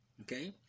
okay